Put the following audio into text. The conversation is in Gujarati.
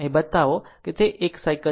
અહીં બતાવો કે તે 1 સાયકલ છે